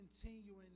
continuing